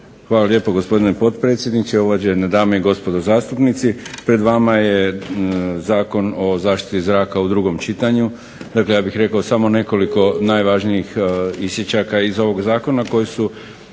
Hvala lijepo gospodine potpredsjedniče, uvažene dame i gospodo zastupnici. Pred vama je Zakon o zaštiti zraka u drugom čitanju. Dakle, ja bih rekao samo nekoliko najvažnijih isječaka iz ovog zakona koji su